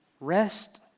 rest